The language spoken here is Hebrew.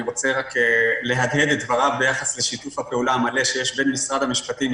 אני רוצה להדהד את דבריו ביחס לשיתוף הפעולה המלא שיש בין משרד המשפטים,